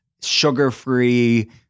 sugar-free